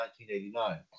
1989